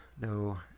No